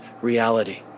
reality